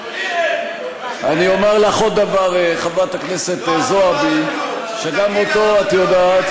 עומדים מעל הדוכן הזה ומשקרים ומפיצים את דיבתה של ישראל רעה.